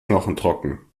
knochentrocken